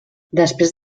després